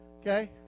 okay